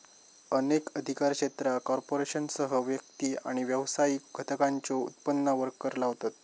अनेक अधिकार क्षेत्रा कॉर्पोरेशनसह व्यक्ती आणि व्यावसायिक घटकांच्यो उत्पन्नावर कर लावतत